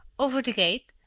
over the gate,